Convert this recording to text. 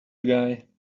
guy